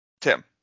Tim